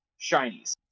shinies